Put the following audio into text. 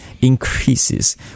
increases